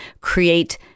create